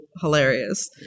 hilarious